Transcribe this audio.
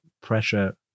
pressure